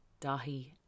Dahi